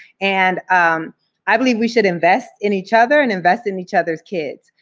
and um i believe we should invest in each other and invest in each other's kids.